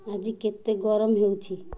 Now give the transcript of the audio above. ଆଜି କେତେ ଗରମ ହେଉଛି